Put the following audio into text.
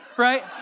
right